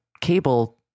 cable